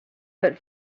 but